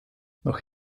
noch